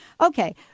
Okay